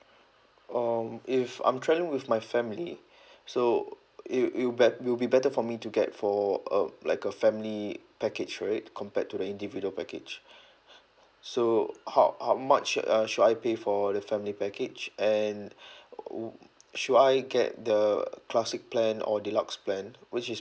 um if I'm travelling with my family so it it'll bet~ will be better for me to get for uh like a family package rate compared to the individual package so how how much uh sho~ uh should I pay for the family package and w~ should I get the classic plan or deluxe plan which is